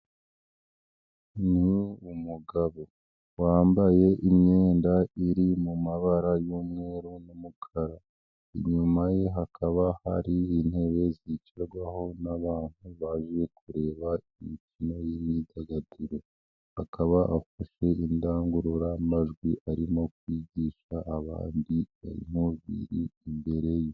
Ni umugabo, wambaye imyenda iri mu mabara y'umweru n'umukara. Inyuma ye hakaba hari intebe zigerwaho n'abantu baje kureba imikino y'imyidagaduro. Akaba afashe indangururamajwi arimo kwigisha abandi bimwe mu biri imbere ye.